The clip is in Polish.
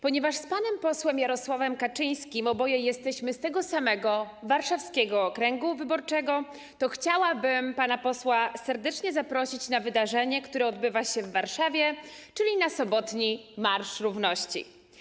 Ponieważ z panem posłem Jarosławem Kaczyńskim oboje jesteśmy z tego samego, warszawskiego okręgu wyborczego, to chciałabym pana posła serdecznie zaprosić na wydarzenie, które odbywa się w Warszawie, czyli na sobotni marsz równości.